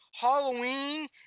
Halloween